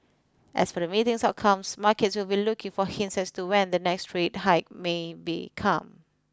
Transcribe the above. as for the meeting's outcomes markets will be looking for hints as to when the next rate hike may be come